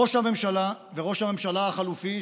ראש הממשלה וראש הממשלה החלופי,